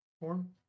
form